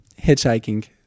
hitchhiking